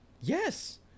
Yes